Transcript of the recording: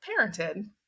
parented